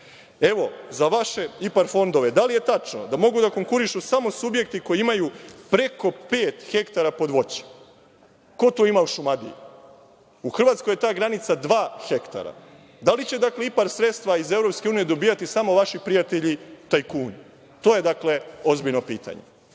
Za vaše IPARD fondove – da li je tačno da mogu da konkurišu samo subjekti koji imaju preko pet hektara pod voćem? Ko to ima u Šumadiji? U Hrvatskoj je ta granica dva hektara. Da li će IPARD sredstva iz EU dobijati samo vaši prijatelji tajkuni? To je ozbiljno pitanje. Na